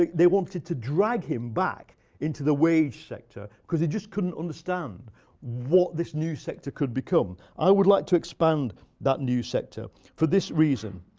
like they wanted to drag him back into the wage sector because they just couldn't understand what this new sector could become. i would like to expand that new sector for this reason.